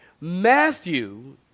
Matthew